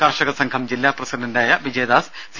കർഷക സംഘം ജില്ലാ പ്രസിഡന്റായ വിജയദാസ് സി